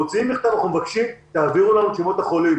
אנחנו מוציאים מכתב: אנחנו מבקשים שתעבירו לנו את שמות החולים.